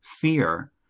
fear